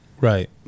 Right